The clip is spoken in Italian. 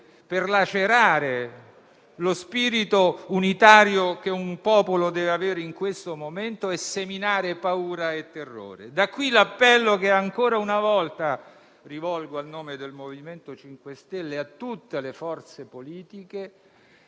per lacerare lo spirito unitario che un popolo deve avere in questo momento e per seminare paura e terrore. Da qui l'appello che, ancora una volta, rivolgo a nome del MoVimento 5 Stelle a tutte le forze politiche.